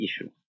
issue